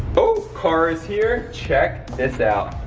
oh, car is here. check this out.